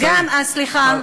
נמצאים.